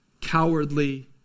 cowardly